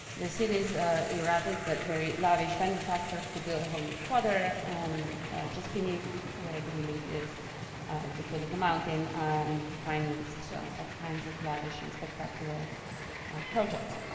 the city's erratic but very lavish benefactor who built a whole new quarter just beneath where the relief is at the foot of the mountain and who financed all kinds of lavish and spectacular projects.